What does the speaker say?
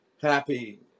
happy